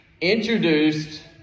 introduced